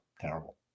terrible